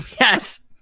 yes